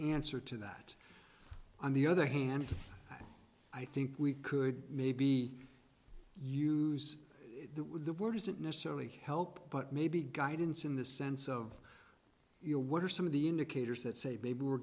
answer to that on the other hand i think we could maybe use the word isn't necessarily help but maybe guidance in the sense of what are some of the indicators that say maybe we're